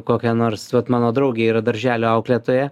kokia nors vat mano draugė yra darželio auklėtoja